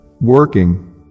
Working